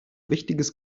wichtiges